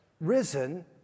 risen